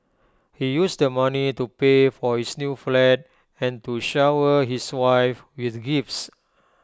he used the money to pay for his new flat and to shower his wife with gifts